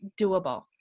doable